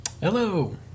Hello